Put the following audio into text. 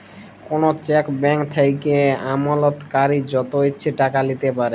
call cheque blank থ্যাইকলে আমালতকারী যত ইছে টাকা লিখতে পারে